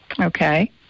Okay